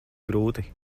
grūti